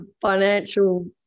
financial